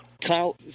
Kyle